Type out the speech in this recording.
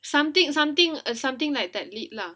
something something err something like that lead lah